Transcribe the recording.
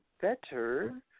better